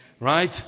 Right